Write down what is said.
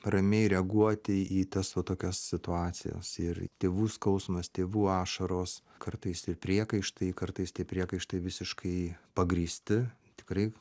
ramiai reaguoti į tas va tokios situacijos ir tėvų skausmas tėvų ašaros kartais ir priekaištai kartais tie priekaištai visiškai pagrįsti tikrai